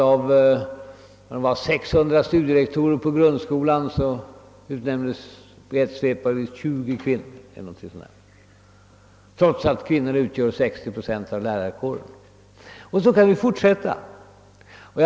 Av när mare 600 studierektorer vid grundskolan som utnämndes i ett svep var det bara ungefär 20 kvinnor trots att kvinnorna utgör 60 procent av lärarkåren. Sådana exempel kan man fortsätta med.